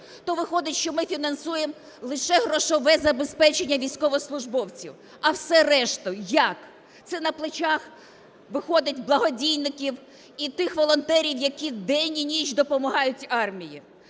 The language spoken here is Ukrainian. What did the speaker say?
то виходить, що ми фінансуємо лише грошове забезпечення військовослужбовців. А все решту як? Це на плечах, виходить, благодійників і тих волонтерів, які день і ніч допомагають армії.